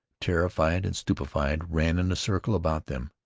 terrified and stupefied, ran in a circle about them.